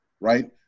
right